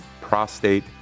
prostate